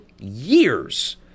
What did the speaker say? years